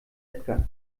edgar